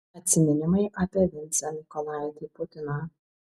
atsiminimai apie vincą mykolaitį putiną